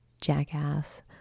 jackass